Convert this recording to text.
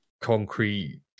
concrete